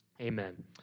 amen